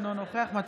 אינו נוכח מאיר כהן,